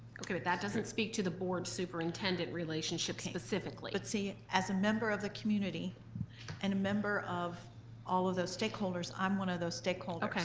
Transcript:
okay, but that doesn't speak to the board superintendent relationship specifically. okay. but see, as a member of the community and a member of all of those stakeholders, i'm one of those stakeholders. okay.